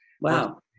Wow